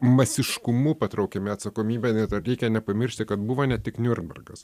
masiškumu patraukiami atsakomybėn reikia nepamiršti kad buvo ne tik niurnbergas